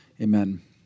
Amen